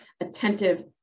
attentive